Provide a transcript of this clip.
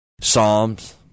Psalms